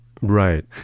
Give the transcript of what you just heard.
Right